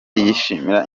yishimira